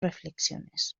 reflexiones